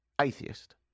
atheist